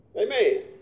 Amen